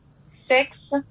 six